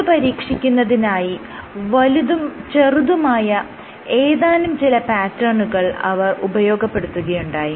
ഇത് പരീക്ഷിക്കുന്നതിനായി വലുതും ചെറുതുമായ ഏതാനും ചില പാറ്റേണുകൾ അവർ ഉപയോഗപ്പെടുത്തുകയുണ്ടായി